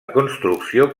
construcció